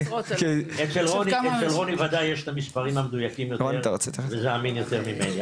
אצל רוני וודאי יש את המספרים המדויקים יותר וזה אמין יותר ממני,